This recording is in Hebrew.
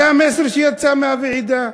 זה המסר שיצא מהוועידה.